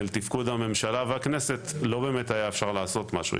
תפקוד הממשלה והכנסת לא באמת היה אפשר לעשות משהו.